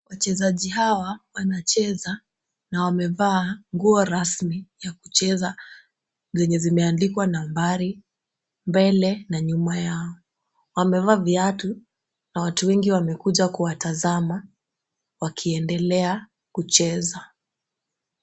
Wachezaji hawa wanacheza na wamevaa nguo rasmi ya kucheza zenye zimeandikwa nambari mbele na nyuma yao. Wamevaa viatu na watu wengi wamekuja kuwatazama wakiendelea kucheza.